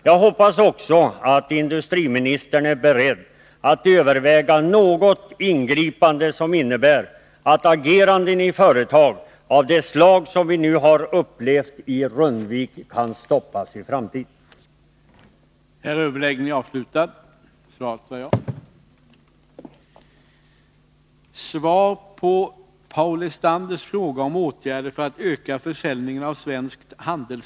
Jag hoppas också att industriministern är beredd att överväga ett ingripande, så att ett sådant agerande av ett företag som det vi nu har upplevt i Rundvik i framtiden kan stoppas.